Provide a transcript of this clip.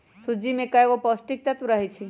सूज्ज़ी में कएगो पौष्टिक तत्त्व रहै छइ